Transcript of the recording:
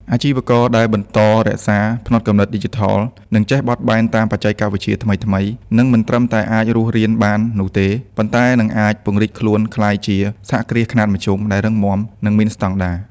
អាជីវករដែលបន្តរក្សា ផ្នត់គំនិតឌីជីថល និងចេះបត់បែនតាមបច្ចេកវិទ្យាថ្មីៗ នឹងមិនត្រឹមតែអាចរស់រានបាននោះទេ ប៉ុន្តែនឹងអាចពង្រីកខ្លួនក្លាយជា សហគ្រាសខ្នាតមធ្យម ដែលរឹងមាំ និងមានស្តង់ដារ។